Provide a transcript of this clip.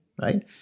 right